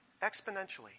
exponentially